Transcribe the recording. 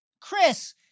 Chris